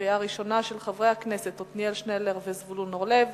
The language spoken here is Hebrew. של חברי הכנסת עתניאל שנלר וזבולון אורלב,